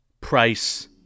Price